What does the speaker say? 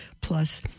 plus